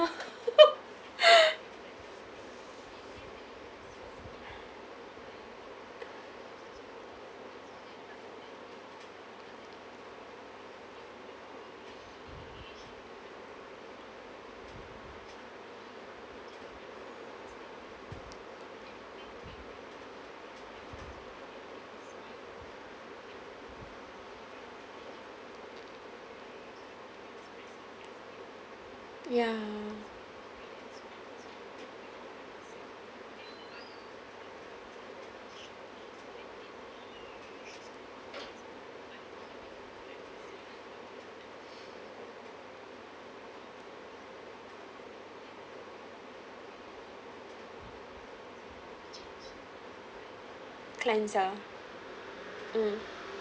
ya cleanser mm